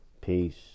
Peace